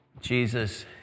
Jesus